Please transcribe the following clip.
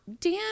Dan